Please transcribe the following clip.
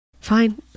Fine